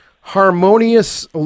harmonious